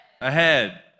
ahead